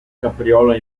capriola